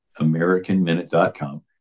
AmericanMinute.com